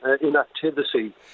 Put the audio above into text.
inactivity